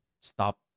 stop